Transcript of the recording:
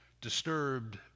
Disturbed